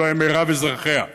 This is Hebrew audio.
הלוא הם רוב אזרחיה,